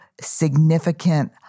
significant